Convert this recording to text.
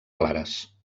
clares